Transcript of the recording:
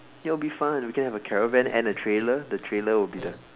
it'll be fun we can have a caravan and a trailer the trailer will be the